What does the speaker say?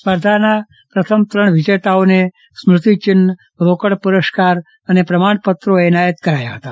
સ્પર્ધામાં પ્રથમ ત્રણ વિજેતાઓને સ્મૃતિ ચિહ્ન રોકડ પુરસ્કાર અને પ્રમાણપત્ર એનાયત કરાયા હતા